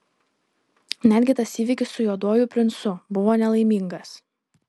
netgi tas įvykis su juoduoju princu buvo nelaimingas